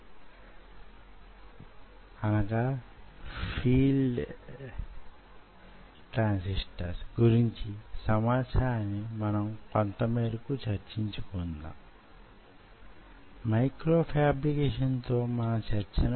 ఇది కానీ మీరు సాధించగలిగితే మీ దగ్గర ఉన్నదానిని పేటర్న్ మైక్రో కాంటిలివర్ అని పిలవచ్చు